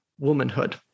Womanhood